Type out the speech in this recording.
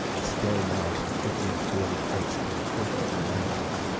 his staring eyes and thick-lipped bearded face came a foot from my face.